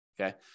Okay